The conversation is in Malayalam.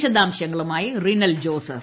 വിശദാംശങ്ങളുമായി റിനൽ ജോസഫ്